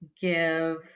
give